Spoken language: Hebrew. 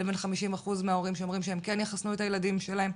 לבין 50% מההורים שאומרים שלא יחסנו את הילדים שלהם.